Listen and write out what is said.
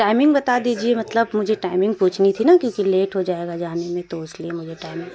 timing بتا دیجیے مطلب مجھے ٹائمنگ پوچھنی تھی نا کیونکہ لیٹ ہو جائے گا جانے میں تو اُس لیے مجھے ٹائمنگ